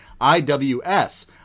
IWS